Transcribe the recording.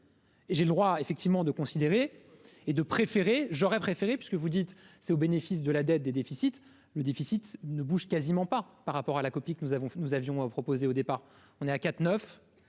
J'ai le droit effectivement de considérer et de préférer, j'aurais préféré, parce que vous dites, c'est au bénéfice de la dette des déficits, le déficit ne bouge quasiment pas par rapport à la copie que nous avons, nous avions proposé au départ, on est à 4 9